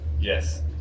Yes